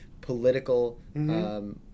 political